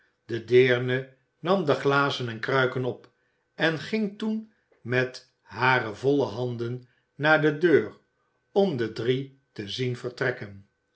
de deerne nam de glazen en kruiken op en ging toen met hare volle handen naar de deur om de drie te zien vertrekken